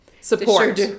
support